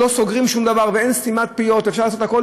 סוגרים שום דבר ואין סתימת פיות ואפשר לעשות הכול,